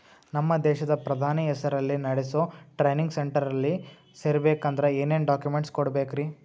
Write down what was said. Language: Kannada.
ನಮ್ಮ ದೇಶದ ಪ್ರಧಾನಿ ಹೆಸರಲ್ಲಿ ನೆಡಸೋ ಟ್ರೈನಿಂಗ್ ಸೆಂಟರ್ನಲ್ಲಿ ಸೇರ್ಬೇಕಂದ್ರ ಏನೇನ್ ಡಾಕ್ಯುಮೆಂಟ್ ಕೊಡಬೇಕ್ರಿ?